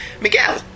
Miguel